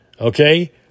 okay